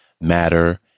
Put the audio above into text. Matter